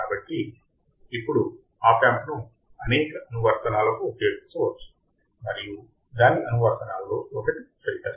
కాబట్టి ఇప్పుడు op amp ను అనేక అనువర్తనాలకు ఉపయోగించవచ్చు మరియు దాని అనువర్తనాల్లో ఒకటి ఫిల్టర్